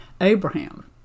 Abraham